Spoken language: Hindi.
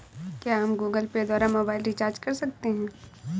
क्या हम गूगल पे द्वारा मोबाइल रिचार्ज कर सकते हैं?